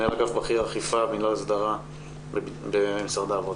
מנהל אגף בכיר אכיפה במינהל הסדרה במשרד העבודה.